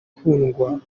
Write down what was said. gukundwa